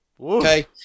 Okay